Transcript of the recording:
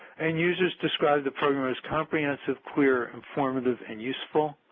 and users describe the program as comprehensive, clear, informative, and useful.